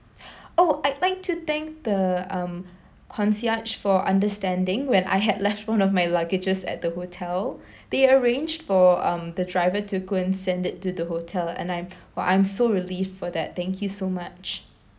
oh I'd like to thank the um concierge for understanding when I had left one of my luggages at the hotel they arranged for um the driver to go and send it to the hotel and I'm [wah] I'm so relieved for that thank you so much